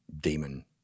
demon